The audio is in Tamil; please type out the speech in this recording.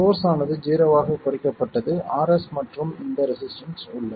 சோர்ஸ் ஆனது ஜீரோவாகக் குறைக்கப்பட்டது Rs மற்றும் இந்த ரெசிஸ்டன்ஸ் உள்ளது